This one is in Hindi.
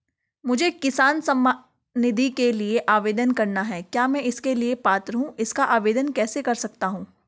मुझे किसान सम्मान निधि के लिए आवेदन करना है क्या मैं इसके लिए पात्र हूँ इसका आवेदन कैसे कर सकता हूँ?